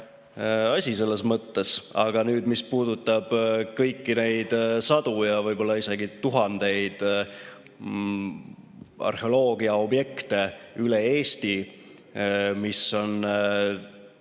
asi selles mõttes. Aga mis puudutab kõiki neid sadu ja isegi tuhandeid arheoloogiaobjekte üle Eesti, mis on